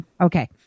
Okay